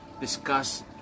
discuss